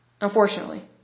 unfortunately